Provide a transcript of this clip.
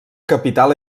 capital